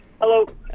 Hello